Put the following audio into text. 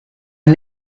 and